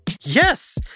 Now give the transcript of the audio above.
Yes